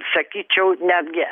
sakyčiau netgi